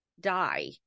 die